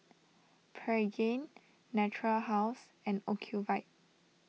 Pregain Natura House and Ocuvite